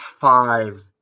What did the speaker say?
five